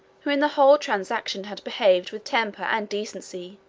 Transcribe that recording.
who in the whole transaction had behaved with temper and decency,